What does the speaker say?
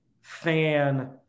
fan